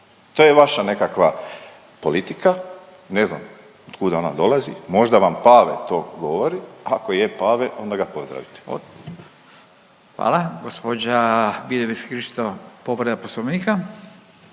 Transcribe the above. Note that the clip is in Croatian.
To je vaša nekakva politika. Ne znam od kud ona dolazi, možda vam Pave to govori. Ako je Pave onda ga pozdravite. **Radin, Furio (Nezavisni)**